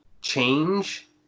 change